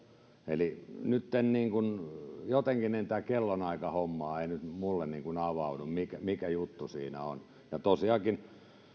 eli nytten niin kuin jotenkin tämä kellonaikahomma ei minulle avaudu mikä juttu siinä on ja tosiaankin